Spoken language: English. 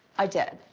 i did.